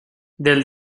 del